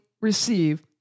receive